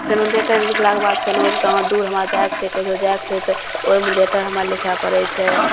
फेरो लेटर लिखलाके बाद फेरो आज कहाँ दूर हमरा जाइके छै कहिओ जाइके छै तऽ ओहिमे लेटर हमरा लिखै पड़ै छै